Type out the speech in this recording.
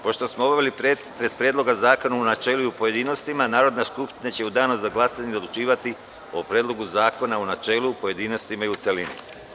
Pošto smo obavili pretres Predloga zakona u načelu i u pojedinostima, Narodna skupština će u danu za glasanje odlučivati o Predlogu zakona u načelu, pojedinostima i u celini.